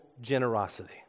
generosity